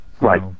Right